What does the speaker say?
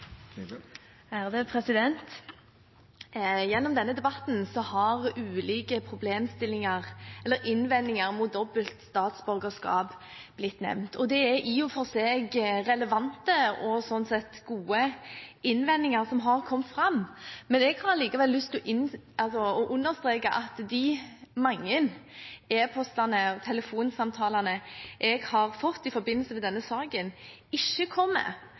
for seg relevante og slik sett gode innvendinger som har kommet fram, men jeg har likevel lyst til å understreke at de mange e-postene og telefonsamtalene jeg har fått i forbindelse med denne saken, ikke kommer